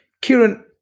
Kieran